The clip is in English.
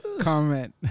comment